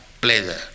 pleasure